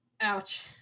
Ouch